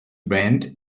band